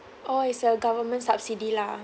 oh is our government subsidy lah